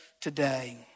today